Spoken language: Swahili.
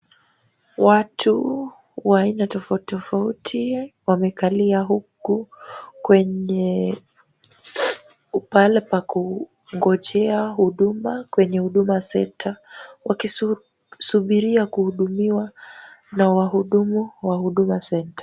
Watu wa aina tofauti tofauti wamekalia huku pahali pa kungojea huduma kwenye huduma center wakisubiria kuhudumiwa na wahudumu wa huduma center .